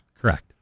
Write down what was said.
Correct